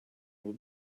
will